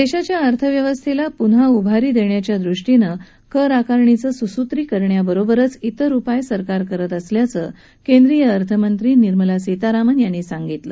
देशाच्या अर्थव्यवस्थेला प्न्हा उभारणी देण्याच्या दृष्टीनं कर आकारणीचं सुसूत्रीकरण करण्याबरोबरच इतर उपाय सरकार करत असल्याचं केंद्रीय अर्थमंत्री निर्मला सीतारामन यांनी सांगितलं